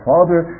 Father